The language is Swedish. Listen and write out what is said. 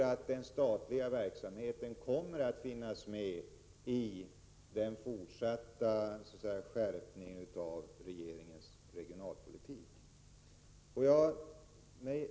Frågan om den statliga verksamheten kommer således att finnas med i den fortsatta ”skärpningen” av regeringens regionalpolitik.